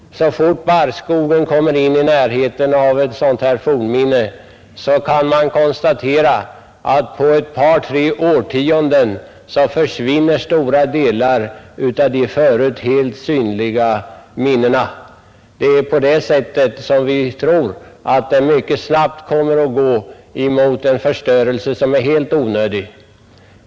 Så fort barrskogen kommer i närheten av ett sådant här fornminne, kan man konstatera att stora delar av de förut helt synliga minnena försvinner på ett par tre årtionden. På det sättet kommer många fornminnen att mycket snabbt gå mot en förstörelse som är helt onödig.